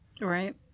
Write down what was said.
Right